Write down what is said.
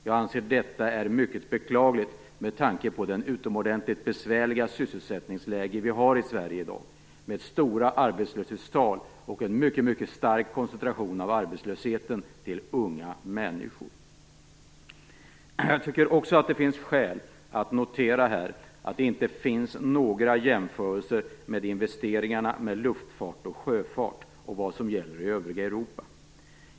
Jag anser att detta är mycket beklagligt med tanke på det utomordentligt besvärliga sysselsättningsläge vi har i Sverige i dag med stora arbetslöshetstal och en mycket stark koncentration av arbetslösheten till unga människor. Jag tycker också att det finns skäl att här notera att det inte finns några jämförelser med investeringarna för luftfart och sjöfart och med vad som gäller i övriga Europa.